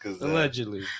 allegedly